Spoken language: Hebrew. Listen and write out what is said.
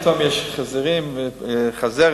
פתאום יש חזירים וחזרת,